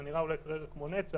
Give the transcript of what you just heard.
זה נראה אולי כמו נצח.